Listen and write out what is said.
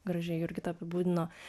gražiai jurgita apibūdino